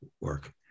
work